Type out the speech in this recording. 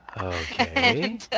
Okay